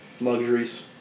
luxuries